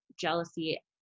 jealousy